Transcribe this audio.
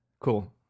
cool